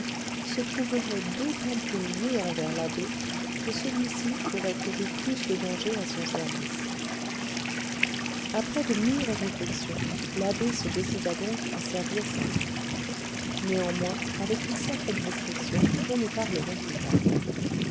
se trouverait d'autant plus lié envers l'abbé que celui-ci aurait couru plus de danger à son service après de mûres réflexions l'abbé se décida donc à servir sarah néanmoins avec une certaine restriction dont nous parlerons plus tard